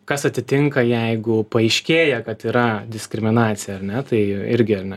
kas atsitinka jeigu paaiškėja kad yra diskriminacija ar ne tai irgi ar ne